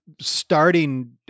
starting